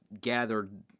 gathered